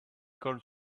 called